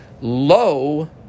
Lo